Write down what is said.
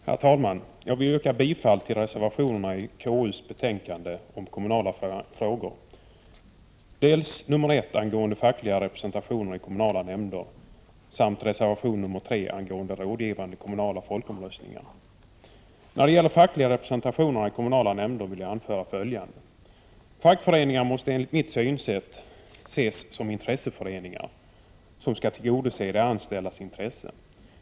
Herr talman! Jag vill yrka bifall till reservation 1 angående den fackliga representationen i kommunala nämnder och reservation 3 angående rådgivande kommunala folkomröstningar. När det gäller den fackliga representationen i kommunala nämnder vill jag anföra följande. Fackföreningar måste enligt mitt synsätt ses som intresseföreningar som skall tillvarata de anställdas intressen.